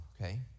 okay